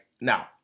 Now